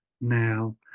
now